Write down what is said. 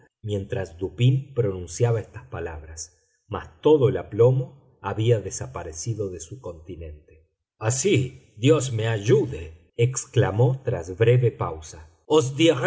mientras dupín pronunciaba estas palabras mas todo el aplomo había desaparecido de su continente así dios me ayude exclamó tras breve pausa